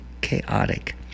chaotic